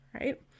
right